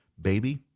baby